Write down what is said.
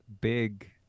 big